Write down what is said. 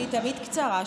אני תמיד קצרה,